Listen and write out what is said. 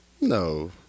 No